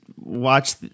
watch